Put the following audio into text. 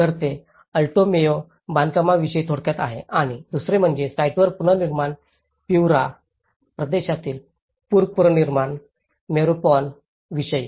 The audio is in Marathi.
तर ते अल्टो मेयो बांधकामांविषयी थोडक्यात आहे आणि दुसरे म्हणजे साइटवरील पुनर्निर्माण पीउरा प्रदेशातील पूर पुनर्निर्माण मॉर्रोपॉन विषयी